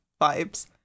vibes